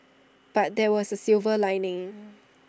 but there was A silver lining